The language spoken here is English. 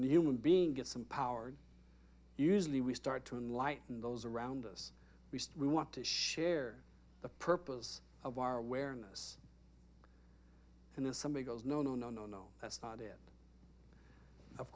human being get some power usually we start to enlighten those around us we say we want to share the purpose of our awareness and if somebody goes no no no no no that's not it of